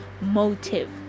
motive